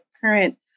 current